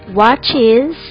watches